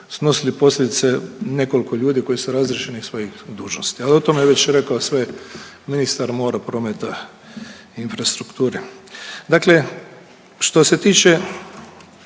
snosili posljedice nekoliko ljudi koji su razriješeni svojih dužnosti. Ali o tome je već rekao sve ministar mora prometa i infrastrukture. Dakle što se tiče